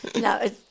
No